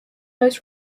most